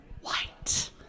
White